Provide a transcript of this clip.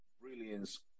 brilliance